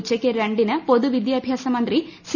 ഉച്ചക്ക് രണ്ടിന് പൊതുവിദ്യാഭ്യാസ മന്ത്രി സി